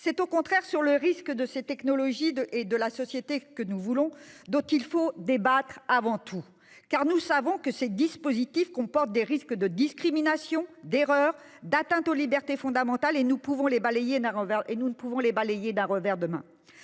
c'est au contraire des risques que font courir ces technologies et de la société que nous voulons qu'il faut débattre avant toute chose. Nous savons que ces dispositifs comportent des risques de discrimination, d'erreur, d'atteinte aux libertés fondamentales que nous ne pouvons balayer d'un revers de la